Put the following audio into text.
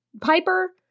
piper